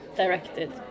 directed